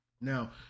Now